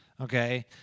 okay